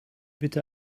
bitte